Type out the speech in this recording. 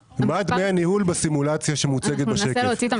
אנחנו ננסה להוציא את המספר.